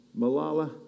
Malala